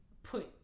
put